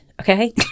Okay